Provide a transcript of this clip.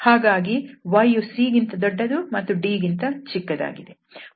ಹಾಗಾಗಿ y ಯು c ಗಿಂತ ದೊಡ್ಡದು ಮತ್ತು d ಗಿಂತ ಚಿಕ್ಕದಾಗಿದೆ